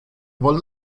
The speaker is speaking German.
wollen